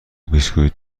بیسکوییت